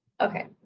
okay